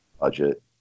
budget